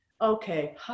Okay